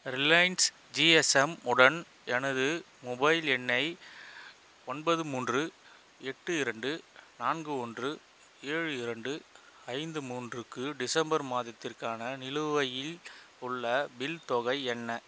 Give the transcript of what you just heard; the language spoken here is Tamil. ரிலையன்ஸ் ஜிஎஸ்எம் உடன் எனது மொபைல் எண்ணை ஒன்பது மூன்று எட்டு இரண்டு நான்கு ஒன்று ஏழு இரண்டு ஐந்து மூன்றுக்கு டிசம்பர் மாதத்திற்கான நிலுவையில் உள்ள பில் தொகை என்ன